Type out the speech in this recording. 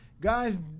Guys